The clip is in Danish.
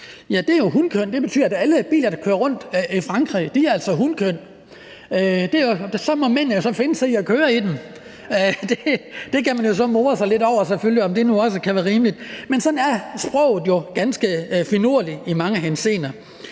Det betyder, at alle biler, der kører rundt i Frankrig, altså er hunkøn. Så må mændene jo finde sig i at køre i dem. Det kan man jo selvfølgelig more sig lidt over, om det nu også kan være rimeligt, men sådan er sproget jo ganske finurligt i mange henseender.